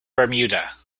bermuda